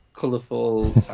colourful